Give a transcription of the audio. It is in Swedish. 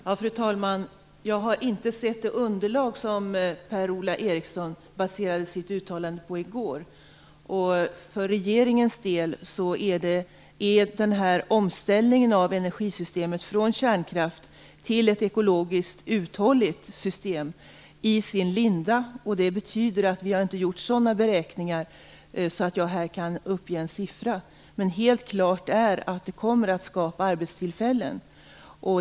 Fru talman! Jag har inte sett det underlag som Per Ola Eriksson baserade sitt uttalande på i går. För regeringens del är omställningen av energisystemet från kärnkraft till ett ekologiskt uthålligt system i sin linda. Det betyder att vi inte har gjort sådana beräkningar att jag här kan uppge en siffra. Men helt klart är att det kommer att skapa arbetstillfällen.